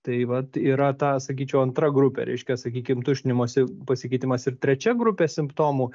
tai vat yra ta sakyčiau antra grupė reiškia sakykim tuštinimosi pasikeitimas ir trečia grupė simptomų